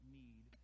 need